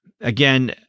Again